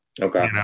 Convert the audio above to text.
Okay